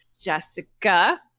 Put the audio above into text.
Jessica